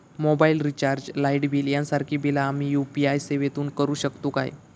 Mobile recharge, light bill यांसारखी बिला आम्ही यू.पी.आय सेवेतून करू शकतू काय?